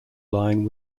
line